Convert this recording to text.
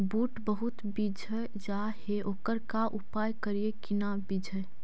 बुट बहुत बिजझ जा हे ओकर का उपाय करियै कि न बिजझे?